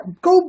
go